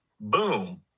Boom